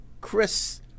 Chris